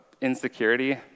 insecurity